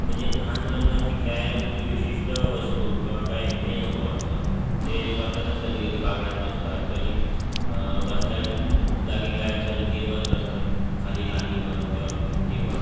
म्हणजे लहान मुलांना अशी खेळायला कुठली विशिष्ट वस्तू किंवा काय हे नको असतं ते स्वतःतच कधीकधी बागडत बसतात कधी बसल्या जागी काय असं गिरवत बसतात खाली लादीवर किंवा भिंतीवर